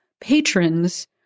patrons